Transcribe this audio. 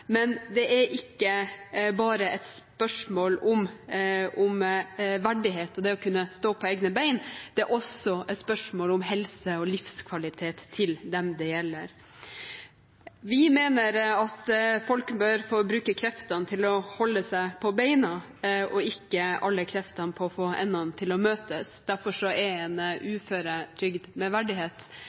Men det er ikke bare et spørsmål om verdighet og det å kunne stå på egne bein, det er også et spørsmål om helse og livskvalitet for dem det gjelder. Vi mener at folk bør få bruke kreftene til å holde seg på beina og ikke alle kreftene på å få endene til å møtes. Derfor er en uføretrygd med verdighet